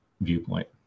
viewpoint